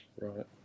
Right